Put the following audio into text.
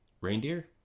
reindeer